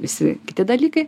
visi kiti dalykai